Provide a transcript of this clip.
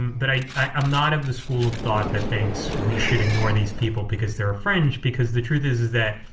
but i'm not of the school of thought that thinks we should ignore these people because they're a fringe because the truth is is that,